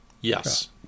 Yes